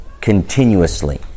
continuously